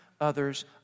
others